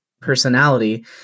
personality